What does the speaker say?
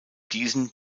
diesen